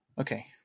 Okay